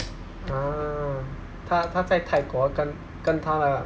ah 她她在泰国跟跟她的